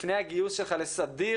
אם מישהו רוצה להתייחס לפני שאני אסכם.